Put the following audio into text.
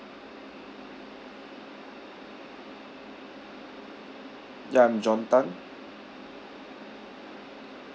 ya I'm john tan